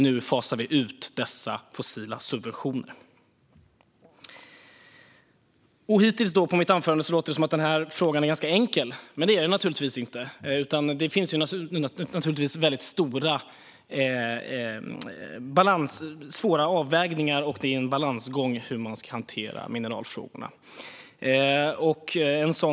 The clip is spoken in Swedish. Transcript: Nu fasar vi ut de fossila subventionerna. Hittills i mitt anförande har det låtit som att frågan är ganska enkel. Det är den naturligtvis inte. Det finns stora och svåra avvägningar. Hur man ska hantera mineralfrågorna är en balansgång.